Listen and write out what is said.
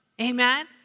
Amen